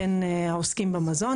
בין העוסקים במזון.